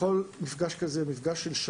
כל מפגש כזה הוא כשעה.